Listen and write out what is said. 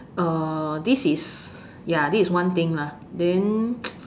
uh this is ya this is one thing lah then